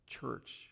church